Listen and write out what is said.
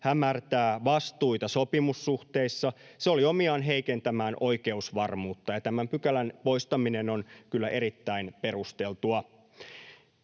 hämärtää vastuita sopimussuhteissa, ja se oli omiaan heikentämään oikeusvarmuutta. Tämän pykälän poistaminen on kyllä erittäin perusteltua.